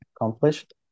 accomplished